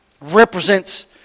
represents